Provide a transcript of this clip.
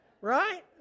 Right